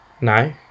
No